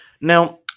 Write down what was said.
Now